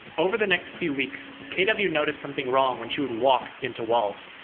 over the next few weeks, kw noticed something wrong when she would walk into walls.